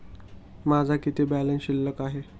माझा किती बॅलन्स शिल्लक आहे?